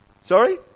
Sorry